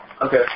Okay